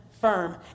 firm